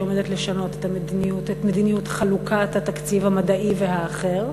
עומדת לשנות את מדיניות חלוקת התקציב המדעי והאחר.